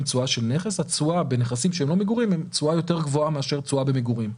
התשואה בנכסים שהם לא מגורים יותר גבוהה מאשר תשואה במגורים.